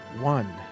One